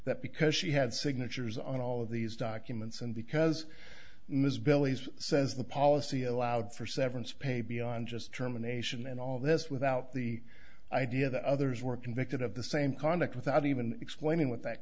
that because she had signatures on all of these documents and because ms belize says the policy allowed for severance pay beyond just terminations and all this without the idea that others were convicted of the same conduct without even explaining what that